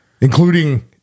Including